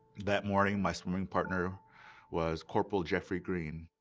that morning my swimming partner was corporal jeffrey greene.